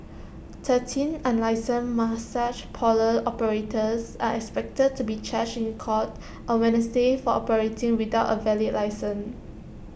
thirteen unlicensed massage parlour operators are expected to be charged in court on Wednesday for operating without A valid licence